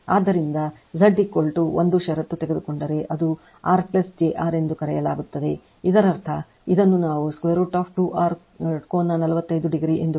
ಆದ್ದರಿಂದ Z ಒಂದು ಷರತ್ತು ತೆಗೆದುಕೊಂಡರೆ ಅದು R jR ಎಂದು ಕರೆಯಲಾಗುತ್ತದೆ ಇದರರ್ಥ ಇದನ್ನು ನಾವು √ 2 R ಕೋನ 45 ಡಿಗ್ರಿ ಎಂದು ಕರೆಯುತ್ತೇವೆ